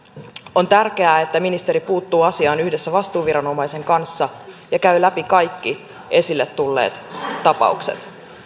on tärkeää että ministeri puuttuu asiaan yhdessä vastuuviranomaisen kanssa ja käy läpi kaikki esille tulleet tapaukset